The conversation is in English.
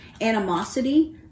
animosity